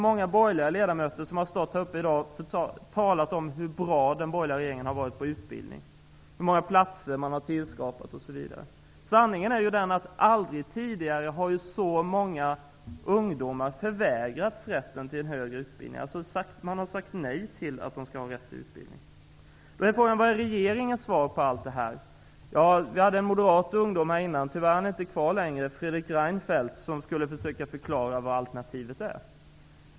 Många borgerliga ledamöter har stått här i talarstolen i dag och talat om hur bra den borgerliga regeringen har varit på utbildningsområdet, hur många platser man har tillskapat osv. Sanningen är att aldrig tidigare har så många ungdomar förvägrats rätten till en högre utbildning. Man har sagt nej till att de skall ha rätt till utbildning. Vad är regeringens svar på allt detta? En ung moderat, Fredrik Reinfeldt, talade förut. Tyvärr är han inte kvar i kammaren längre. Han skulle försöka förklara vad alternativen är.